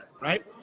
right